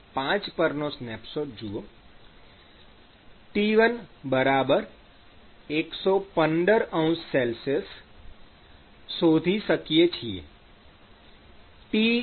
૫ પરનો સ્નેપશૉટ જુઓ T1115°C શોધી શકીએ છીએ